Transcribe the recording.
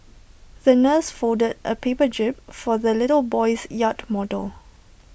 the nurse folded A paper jib for the little boy's yacht model